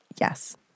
Yes